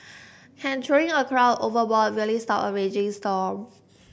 can throwing a crown overboard really stop a raging storm